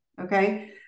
Okay